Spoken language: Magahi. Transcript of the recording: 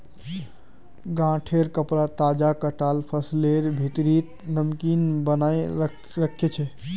गांठेंर कपडा तजा कटाल फसलेर भित्रीर नमीक बनयें रखे छै